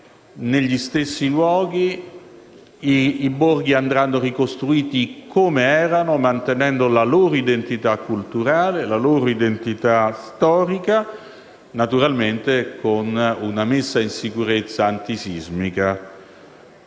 negli stessi luoghi; i borghi andranno ricostruiti come erano, mantenendo la loro identità culturale e storica, naturalmente con una messa in sicurezza antisismica